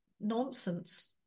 nonsense